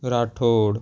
Rathod